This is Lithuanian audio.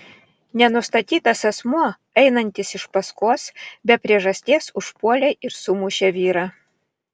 nenustatytas asmuo einantis iš paskos be priežasties užpuolė ir sumušė vyrą